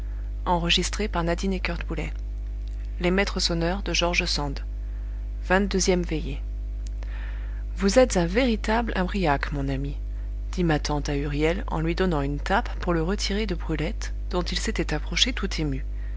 vingt-deuxième veillée vous êtes un véritable imbriaque mon ami dit ma tante à huriel en lui donnant une tape pour le retirer de brulette dont il s'était approché tout ému